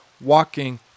walking